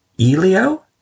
Elio